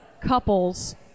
couples